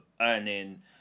earning